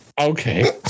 okay